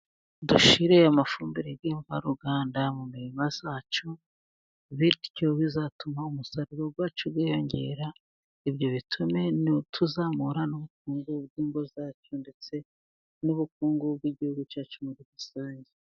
Dushyire amafumbire mvaruganda mu mirima yacu bityo bizatuma umusaruro wacu wiyongera, ibyo bitume tuzamura n'ubukungu bw'ingo zacu ndetse n'ubukungu bw'igihugu cyacu muri rusange.